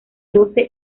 doce